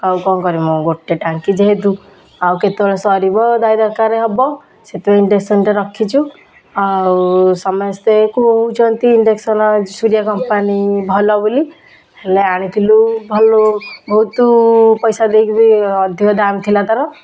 ଆଉ କଣ କରିମୁଁ ଗୋଟେ ଟାଙ୍କି ଯେହେତୁ ଆଉ କେତେବେଳେ ସରିବ ଆଉ ଦରକାର ହେବ ସେଥିପାଇଁ ଇଣ୍ଡକ୍ସନ୍ଟେ ରଖିଛୁ ଆଉ ସମସ୍ତେ କହୁଛନ୍ତି ଇଣ୍ଡକ୍ସନ୍ ସୂରିୟା କମ୍ପାନୀ ଭଲ ବୋଲି ହେଲେ ଆଣିଥିଲୁ ଭଲ ବହୁତୁ ପଇସା ଦେଇକବି ଅଧିକ ଦାମ୍ ଥିଲା ତା'ର